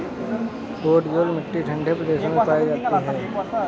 podzol मिट्टी ठंडे प्रदेशों में पाई जाती है